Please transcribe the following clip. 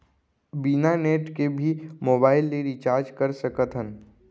बिना नेट के भी मोबाइल ले रिचार्ज कर सकत हन का?